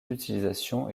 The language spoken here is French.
d’utilisation